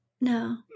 No